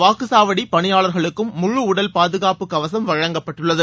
வாக்குச்சாவடிபணியாளா்களுக்கும் முழு உடல் பாதுகாப்பு கவசம் வழங்கப்பட்டுள்ளது